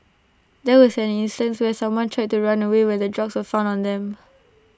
there was an instance where someone tried to run away when the drugs were found on them